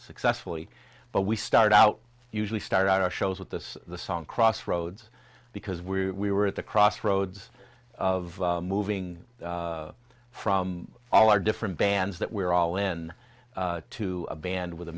successfully but we started out usually start out our shows with this song crossroads because we were at the crossroads of moving from all our different bands that we're all in to a band with a